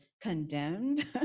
condemned